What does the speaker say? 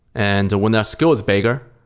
and when their scale is bigger,